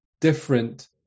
different